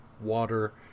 water